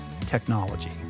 technology